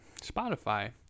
Spotify